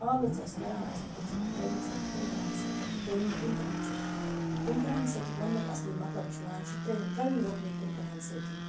آلِژ آسہِ کَران آسہِ تٔمِس چھِ وَنان ترٲوِنۍ سا یہِ کُنہٕ تٕرٛہن سۭتۍ یہِ ترٲ ہُن کُنہٕ تٕرٛہن سۭتۍ کُنہٕ تٕرٛہن سۭتۍ وننُک اصلی مطلب چھُ وَنان یہِ ترٲوُن یہِ اُکنٕے کُنہٕ تٕرٛہن سۭتۍ